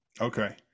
Okay